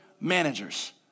managers